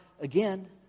again